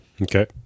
Okay